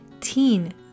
teen